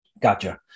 Gotcha